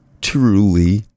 truly